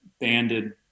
banded